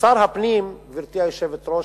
ושר הפנים, גברתי היושבת-ראש,